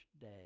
day